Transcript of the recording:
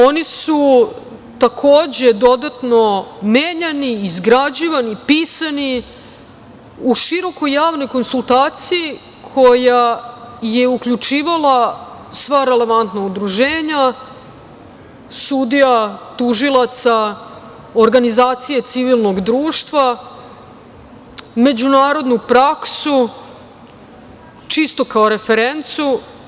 Oni su takođe dodatno menjani, izgrađivani, pisani u širokoj javnoj konsultaciji koja je uključivala sva relevantna udruženja sudija, tužilaca, organizacija civilnog društva, međunarodnu praksu čisto kao referencu.